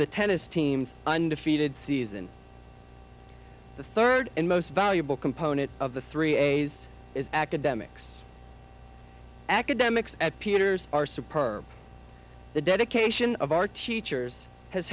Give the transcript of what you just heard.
the tennis team's undefeated season the third and most valuable component of the three a's academics academics at peter's are superb the dedication of our teachers has